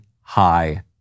high